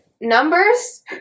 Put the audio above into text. Numbers